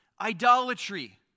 idolatry